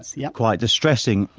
ah yeah, quite distressing.